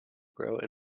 grow